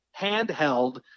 handheld